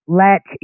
let